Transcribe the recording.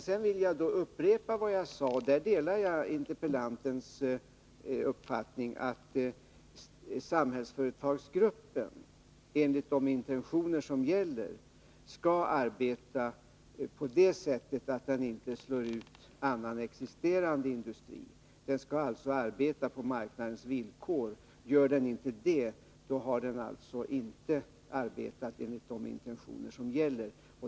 Sedan får jag upprepa vad jag sade tidigare — och där delar jag interpellantens uppfattning — att Samhällsföretagsgruppen enligt de intentioner som gäller skall arbeta på det sättet att den inte slår ut annan existerande industri. Den skall alltså arbeta på marknadens villkor. Gör den inte det, har den alltså inte arbetat enligt de intentioner som gäller.